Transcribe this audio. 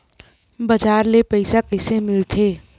बजार ले पईसा कइसे मिलथे?